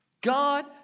God